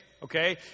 Okay